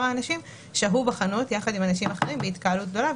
האנשים שהו בחנות יחד עם אנשים אחרים והייתה התקהלות גדולה.